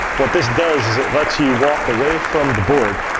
what this does is it lets you walk away from the board,